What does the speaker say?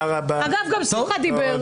אגב, גם שמחה דיבר.